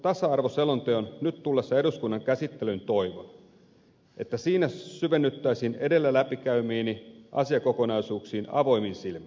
tasa arvoselonteon nyt tullessa eduskunnan käsittelyyn toivon että siinä syvennyttäisiin edellä läpikäymiini asiakokonaisuuksiin avoimin silmin